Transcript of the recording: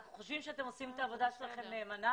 אנחנו חושבים שאתם עושים את העבודה שלכם נאמנה,